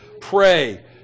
pray